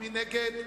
מי נמנע?